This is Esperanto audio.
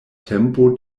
tempo